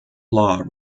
law